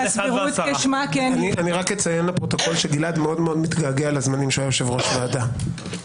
רק אציין לפרוטוקול שגלעד מאוד-מאוד מתגעגע לזמנים שהיה יושב-ראש ועדה.